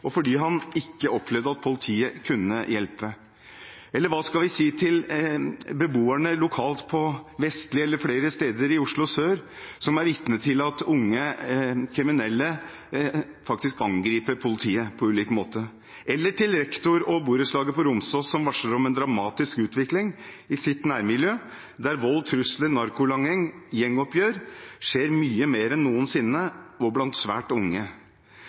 og fordi han ikke opplevde at politiet kunne hjelpe? Eller hva skal vi si til beboerne lokalt på Vestli, og flere steder i Oslo sør, som er vitne til at unge kriminelle faktisk angriper politiet på ulike måter? Eller hva skal vi si til rektoren og borettslaget på Romsås som varsler om en dramatisk utvikling i sitt nærmiljø, der vold, trusler, narkolanging og gjengopprør skjer mye oftere enn noensinne og blant svært unge?